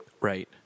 Right